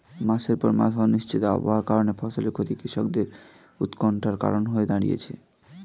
মাসের পর মাস অনিশ্চিত আবহাওয়ার কারণে ফসলের ক্ষতি কৃষকদের উৎকন্ঠার কারণ হয়ে দাঁড়িয়েছে